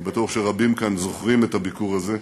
אני בטוח שרבים כאן זוכרים את הביקור הזה,